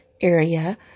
area